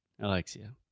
Alexia